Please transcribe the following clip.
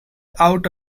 out